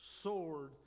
sword